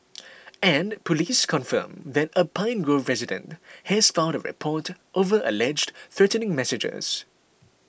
and police confirmed that a Pine Grove resident has filed a report over alleged threatening messages